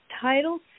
Title